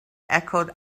echoed